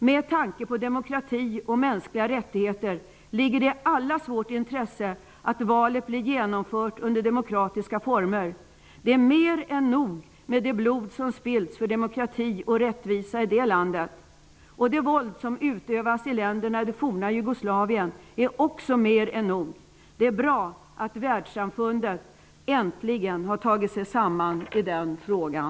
Med tanke på demokrati och mänskliga rättigheter ligger det i allas vårt intresse att valet blir genomfört under demokratiska former. Det blod som spillts för demokrati och rättvisa i det landet är mer än nog. Det våld som utövas i länderna i det forna Jugoslavien är också mer än nog. Det är bra att världssamfundet äntligen har tagit sig samman i den frågan.